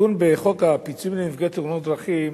תיקון בחוק הפיצויים לנפגעי תאונות דרכים,